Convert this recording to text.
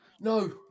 no